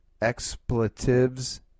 expletives